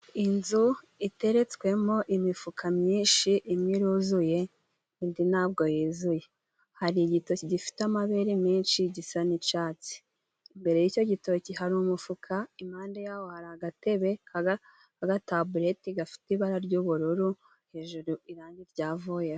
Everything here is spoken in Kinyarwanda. Inzu iteretswemo imifuka myinshi, imwe iruzuye indi ntabwo yuzuye, hari igitoki gifite amabere menshi gisa n'icyatsi, imbere y'icyo gitoki hari umufuka impande yaho agatebe k'agatabureti gafite ibara ry'ubururu, hejuru irangi ryavuyeho.